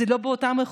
בפועל אין